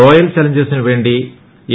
royal ചലഞ്ചേഴ്സിന് വേണ്ടി A